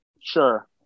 Sure